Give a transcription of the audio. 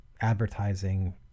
advertising